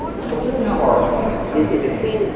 so here we have our test campaign,